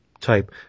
type